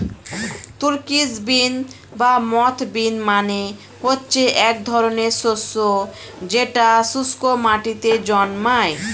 Turkish bean বা মথ bean মানে হচ্ছে এক ধরনের শস্য যেটা শুস্ক মাটিতে জন্মায়